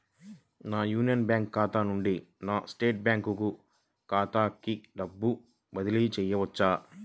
నా Union Bank ఖాతా నుండి నా స్టేట్ బ్యాంకు ఖాతాకి డబ్బు బదిలి చేయవచ్చా?